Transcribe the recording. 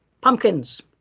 Pumpkins